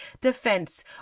defense